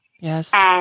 Yes